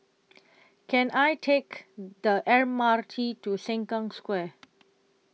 Can I Take The M R T to Sengkang Square